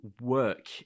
work